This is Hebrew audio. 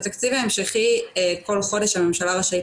בתקציב ההמשכי כל חודש הממשלה רשאית